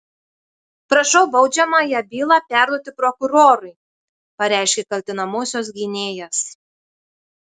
prašau baudžiamąją bylą perduoti prokurorui pareiškė kaltinamosios gynėjas